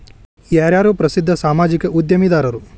ಯಾರ್ಯಾರು ಪ್ರಸಿದ್ಧ ಸಾಮಾಜಿಕ ಉದ್ಯಮಿದಾರರು